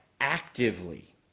actively